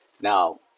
Now